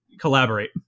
collaborate